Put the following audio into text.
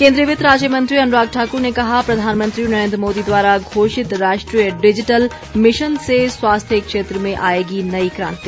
केन्द्रीय वित्त राज्य मंत्री अनुराग ठाकुर ने कहा प्रधानमंत्री नरेन्द्र मोदी द्वारा घोषित राष्ट्रीय डिजिटल मिशन से स्वास्थ्य क्षेत्र में आएगी नई क्रांति